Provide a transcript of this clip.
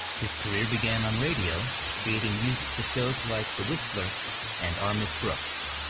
his career began on radio creating music for shows like the whistler and our miss brooks.